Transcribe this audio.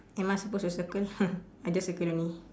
am I supposed to circle I just circle only